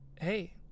hey